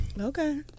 Okay